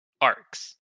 arcs